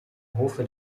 hofe